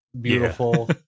beautiful